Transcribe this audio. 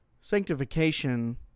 Sanctification